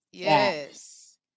yes